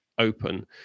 open